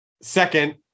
second